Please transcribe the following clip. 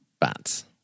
Bats